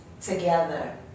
together